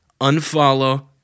Unfollow